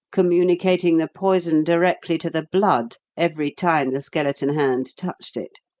communicating the poison directly to the blood every time the skeleton hand touched it.